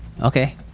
Okay